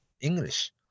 english